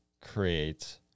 create